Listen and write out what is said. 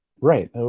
Right